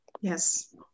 yes